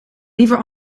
liever